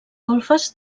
golfes